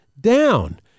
down